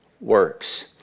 works